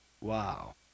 Wow